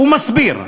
ומסביר: